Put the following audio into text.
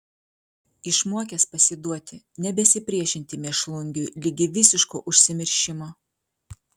išmokęs pasiduoti nebesipriešinti mėšlungiui ligi visiško užsimiršimo